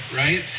right